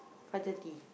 five thirty